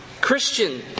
Christian